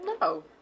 No